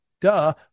duh